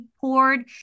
poured